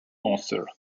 monster